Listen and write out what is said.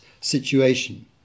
situation